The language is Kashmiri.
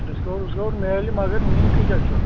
ڈِسکاوُنٛٹ وُچھو میلہِ مَگر نِنۍ کٍتیٛاہ چھِو